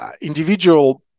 individual